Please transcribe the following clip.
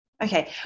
Okay